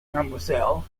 mademoiselle